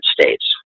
States